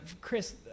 Chris